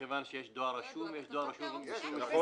מכיוון שיש דואר רשום ויש דואר רשום עם אישור מסירה.